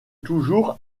toujours